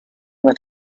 with